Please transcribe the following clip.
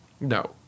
No